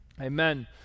Amen